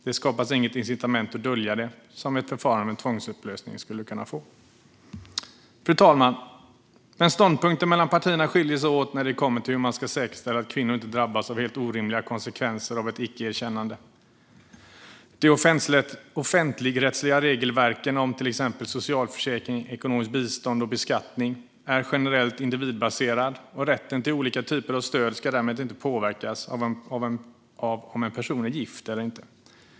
Det skapas inget incitament att dölja det, vilket annars skulle kunna bli följden av ett förfarande med tvångsupplösning. Fru talman! Ståndpunkten skiljer sig dock åt mellan partierna när det kommer till hur man ska säkerställa att kvinnor inte drabbas av helt orimliga konsekvenser av ett icke-erkännande. De offentligrättsliga regelverken om till exempel socialförsäkring, ekonomiskt bistånd och beskattning är generellt individbaserade, och rätten till olika typer av stöd ska därmed inte påverkas av om en person är gift eller inte.